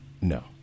No